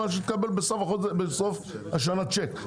שתקבל בסוף השנה צ'ק.